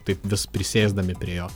taip vis prisėsdami prie jo